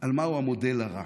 על מה המודל הרע.